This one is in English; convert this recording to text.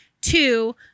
Two